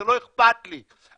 זה לא אכפת לי,